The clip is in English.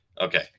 Okay